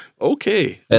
okay